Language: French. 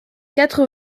quatre